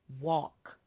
walk